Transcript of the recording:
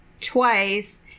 twice